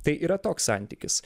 tai yra toks santykis